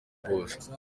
bwose